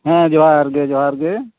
ᱦᱮᱸ ᱡᱚᱸᱦᱟᱨᱜᱮ ᱡᱚᱸᱦᱟᱨᱜᱮ